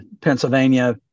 Pennsylvania